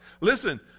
Listen